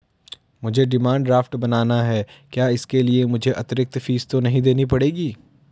मुझे demand draft बनाना है क्या इसके लिए मुझे अतिरिक्त फीस तो नहीं देनी पड़ेगी?